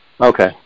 Okay